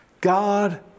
God